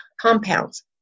compounds